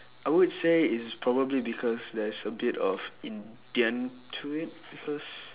I would say it's probably because there's a bit of indian to it because